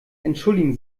entschuldigen